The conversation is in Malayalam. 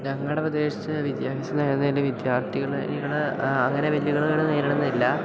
ഞങ്ങളുടെ പ്രദേശത്ത് വിദ്യാഭ്യാസം നേരിടുന്നതിൽ വിദ്യാർത്ഥികൾ നേരിടുന്ന അങ്ങനെ വെല്ലുവിളികൾ നേരിടുന്നില്ല